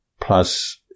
Plus